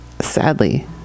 sadly